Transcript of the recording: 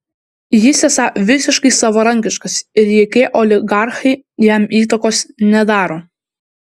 jis esą visiškai savarankiškas ir jokie oligarchai jam įtakos nedaro